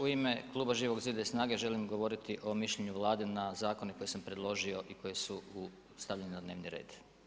U ime Kluba Živog zida i SNAGA-e želim govoriti o mišljenju Vlade na zakon koji sam predložio i koji su stavljeni na dnevni red.